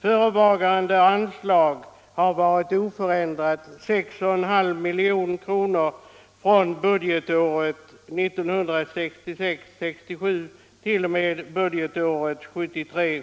Förevarande anslag har varit oförändrat — 6,5 milj.kr. — från budgetåret 1966